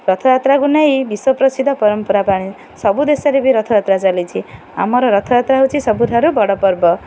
ରଥଯାତ୍ରାକୁ ନେଇ ବିଶ୍ୱପ୍ରସିଦ୍ଧ ପରମ୍ପରା ସବୁ ଦେଶରେ ବି ରଥଯାତ୍ରା ଚାଲିଛି ଆମର ରଥଯାତ୍ରା ହେଉଛି ସବୁଠାରୁ ବଡ଼ ପର୍ବ